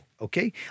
Okay